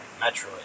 Metroid